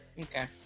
Okay